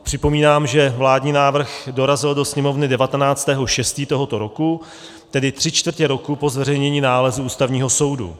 Připomínám, že vládní návrh dorazil do Sněmovny 19. 6. tohoto roku, tedy tři čtvrtě roku po zveřejnění nálezu Ústavního soudu.